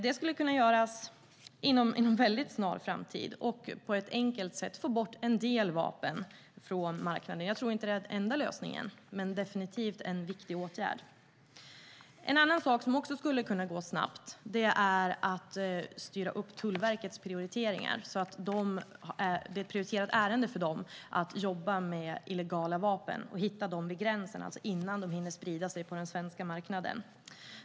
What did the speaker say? Den kan genomföras inom en snar framtid och på ett enkelt sätt få bort en del vapen från marknaden. Jag tror inte att det är den enda lösningen, men det är definitivt en viktig åtgärd. En annan sak som kan gå snabbt är att styra Tullverkets prioriteringar så att det blir ett prioriterat ärende för verket att hitta de illegala vapnen vid gränsen, innan de hinner sprida sig på den svenska marknaden.